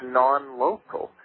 non-local